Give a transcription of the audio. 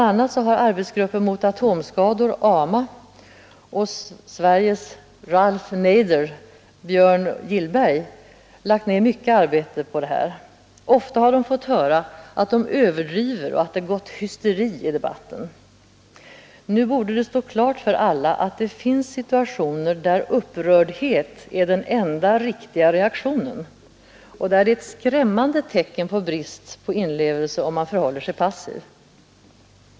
a. har arbetsgruppen mot atomskador, AMA, och Sveriges Ralph Nader, Björn Gillberg, lagt ned mycket arbete på detta. Ofta har de fått höra att de överdriver och att det ”gått hysteri” i debatten. Nu borde det stå klart för alla att det finns situationer där upprördhet är den enda riktiga reaktionen och där det är ett skrämmande tecken på bristande inlevelse om man förhåller sig passiv.